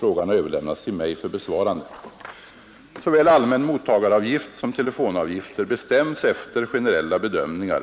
Frågan har överlämnats till mig för besvarande. Såväl allmän mottagaravgift som telefonavgifter bestäms efter generella bedömningar.